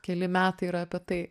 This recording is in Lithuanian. keli metai yra apie tai